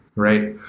right?